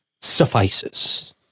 suffices